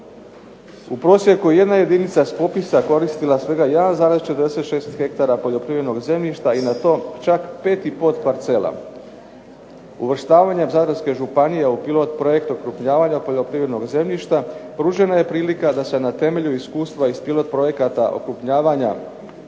U prosjeku jedna jedinica s popisa koristila svega 1,46 poljoprivrednog zemljišta i na to čak 5,5 parcela. Uvrštavanjem Zadarske županije u pilot projekt okrupnjavanja poljoprivrednog zemljišta pružena je prilika da se na temelju iskustava iz pilot projekata okrupnjavanja